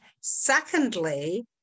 secondly